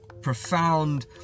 profound